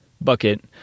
bucket